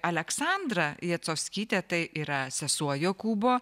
aleksandra jacovskytė tai yra sesuo jokūbo